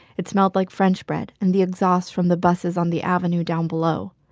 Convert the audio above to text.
it smelled like french bread and the exhaust from the buses on the avenue down below.